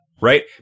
right